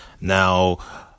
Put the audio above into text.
Now